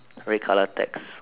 right colour text